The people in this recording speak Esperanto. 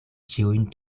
ĉiujn